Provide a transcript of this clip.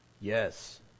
yes